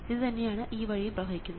ഇതു തന്നെയാണ് ഈ വഴിയും പ്രവഹിക്കുന്നത്